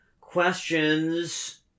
questions